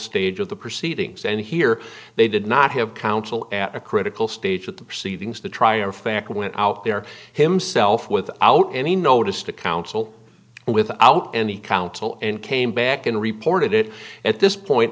stage of the proceedings and here they did not have counsel at a critical stage of the proceedings to try in fact went out there himself without any notice to counsel and without any counsel and came back and reported it at this point